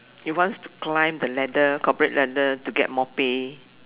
you wants to climb the ladder corporate ladder to get more pay